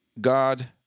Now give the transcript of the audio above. God